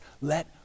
Let